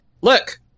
look